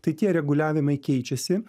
tai tie reguliavimai keičiasi